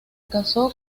casó